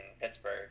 Pittsburgh